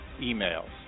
emails